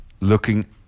looking